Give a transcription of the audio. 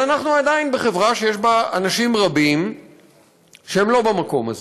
אבל אנחנו עדיין בחברה שיש בה אנשים רבים שהם לא במקום הזה,